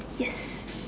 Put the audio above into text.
yes